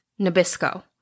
Nabisco